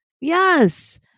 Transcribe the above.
Yes